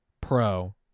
Pro